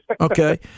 Okay